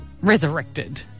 resurrected